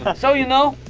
so you know?